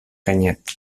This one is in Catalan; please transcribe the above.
canyet